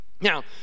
Now